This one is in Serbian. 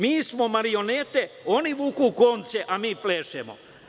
Mi smo marionete, oni vuku konce a mi plešemo.